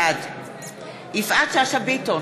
בעד יפעת שאשא ביטון,